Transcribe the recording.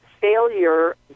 failure